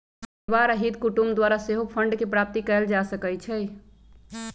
परिवार आ हित कुटूम द्वारा सेहो फंडके प्राप्ति कएल जा सकइ छइ